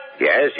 yes